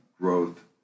growth